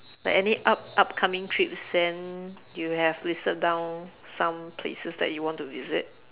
like any up~ upcoming trips then you have listed down some places that you want to visit